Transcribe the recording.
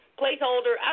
placeholder